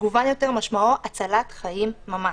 מגוון יותר משמעו הצלת חיים ממש.